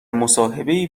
مصاحبهای